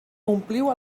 ompliu